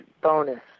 bonus